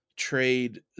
trade